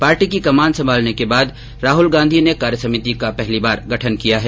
party की कमान संभालने के बाद श्री राहल गांधी ने कार्य समिति का पहली बार गठन किया है